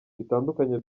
bitandukanye